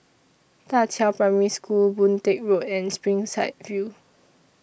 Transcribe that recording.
DA Qiao Primary School Boon Teck Road and Springside View